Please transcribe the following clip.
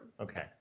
okay